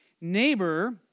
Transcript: neighbor